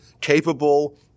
capable